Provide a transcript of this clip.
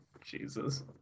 Jesus